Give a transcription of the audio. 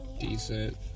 decent